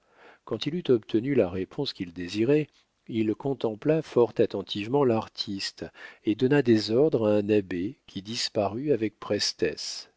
quand il eut obtenu la réponse qu'il désirait il contempla fort attentivement l'artiste et donna des ordres à un abbé qui disparut avec prestesse